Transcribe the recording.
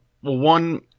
One